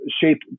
shape